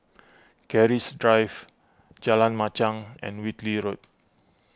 Keris Drive Jalan Machang and Whitley Road